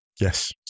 yes